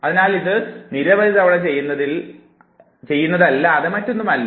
അതിനാൽ ഇത് നിരവധി തവണ ചെയ്യുന്നതല്ലാതെയൊന്നുമില്ല